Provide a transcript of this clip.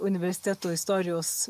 universiteto istorijos